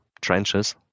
trenches